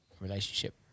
relationship